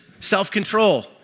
self-control